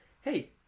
hey